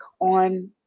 on